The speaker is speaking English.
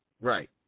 Right